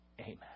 Amen